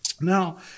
Now